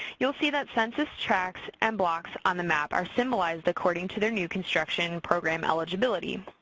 you will see that census tracts and blocks on the map are symbolized according to their new construction program eligibility.